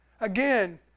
again